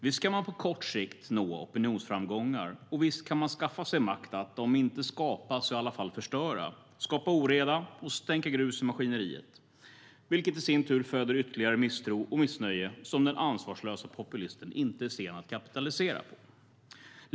Visst kan man på kort sikt nå opinionsframgångar, och visst kan man skaffa sig makt att om inte skapa så i alla fall förstöra, skapa oreda och stänka grus i maskineriet. Det i sin tur föder ytterligare misstro och missnöje, som den ansvarslöse populisten inte är sen att kapitalisera på.